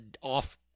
off